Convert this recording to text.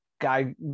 guy